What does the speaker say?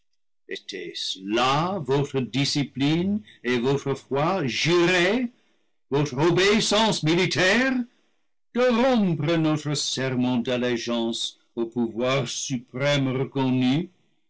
là votre discipline et votre foi jurée votre obéis sance militaire de rompre notre serment d'allégeance au pou voir suprême reconnu